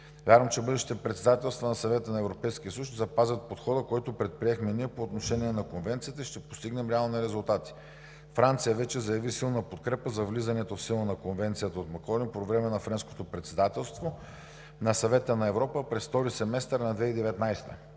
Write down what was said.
Вярвам, че бъдещите председателства на Съвета на Европейския съюз ще запазят подхода, който ние предприехме по отношение на Конвенцията, и ще постигнем реални резултати. Франция вече заяви силна подкрепа за влизането в сила на Конвенцията от Маколин по време на Френското председателство на Съвета на Европа през втория семестър на 2019 г.